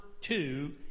two